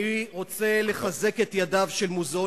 אני בהחלט יכול לקבל ומעריך את אלה שאומרים שהתערוכה איננה